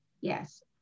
yes